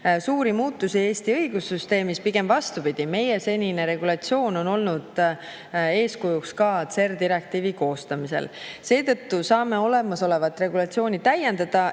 suuri muutusi Eesti õigussüsteemis, pigem vastupidi, meie senine regulatsioon on olnud eeskujuks ka CER direktiivi koostamisel. Seetõttu saame olemasolevat regulatsiooni täiendada